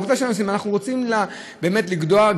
אנחנו רוצים באמת לגדוע,